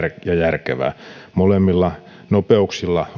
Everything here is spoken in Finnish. ja järkevää molemmilla nopeuksilla